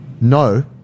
no